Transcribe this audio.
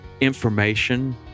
information